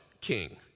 king